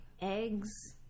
eggs